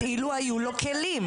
אילו היו לו כלים,